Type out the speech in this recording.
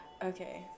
Okay